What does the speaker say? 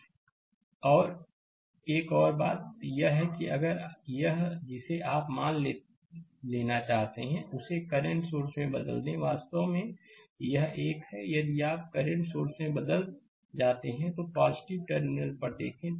slide समय देखें 2942 और एक और बात यह है कि अगर यह जिसे आप मान लेना चाहते हैं उसे करंट सोर्स में बदल दें वास्तव में यह एक है यदि आप करंट सोर्स में बदल जाते हैं तो टर्मिनल पर देखें